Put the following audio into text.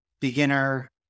beginner